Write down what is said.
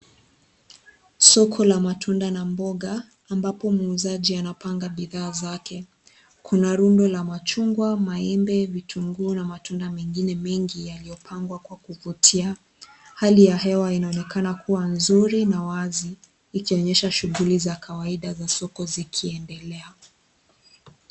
Soko la matunda na mboga, ambapo muuzaji anapanga bidhaa zake. Kuna rundo la machungwa, maembe, vitunguu na matunda mengine mengi yaliopangwa kwa kuvutia. Hali ya hewa inaonekana kuwa nzuri na wazi, ikionyesha shughuli za kawaida za soko zikiendelea.